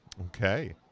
Okay